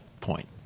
point